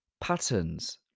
patterns